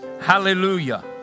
Hallelujah